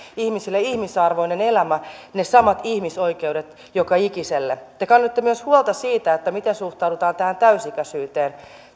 ihmisille ihmisarvoinen elämä ne samat ihmisoikeudet joka ikiselle te kannoitte myös huolta siitä miten suhtaudutaan täysi ikäisyyteen